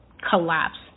collapse